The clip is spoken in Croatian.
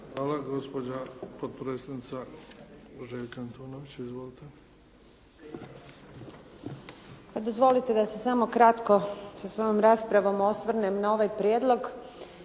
Hvala. Gospođa potpredsjednica Željka Antunović, izvolite.